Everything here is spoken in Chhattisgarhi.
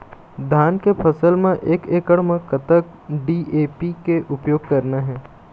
धान के फसल म एक एकड़ म कतक डी.ए.पी के उपयोग करना हे?